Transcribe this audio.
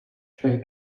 shay